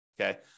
Okay